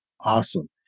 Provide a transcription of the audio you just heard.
Awesome